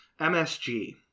MSG